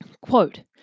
Quote